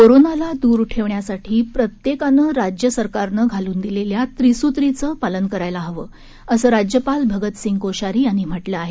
कोरोनाला दूर ठेवण्यासाठी प्रत्येकानं राज्य सरकारनं घालून दिलेल्या त्रिसूत्रीचं प्रत्येकानं पालन करायला हवं असं राज्यपाल भगतसिंग कोश्यारी यांनी म्हटलं आहे